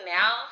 now